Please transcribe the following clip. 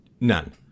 none